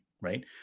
right